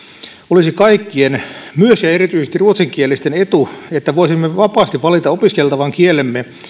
olisi kaikkien myös ja erityisesti ruotsinkielisten etu että voisimme vapaasti valita opiskeltavan kielemme